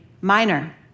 minor